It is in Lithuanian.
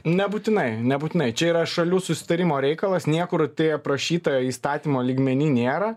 nebūtinai nebūtinai čia yra šalių susitarimo reikalas niekur tai aprašyta įstatymo lygmeny nėra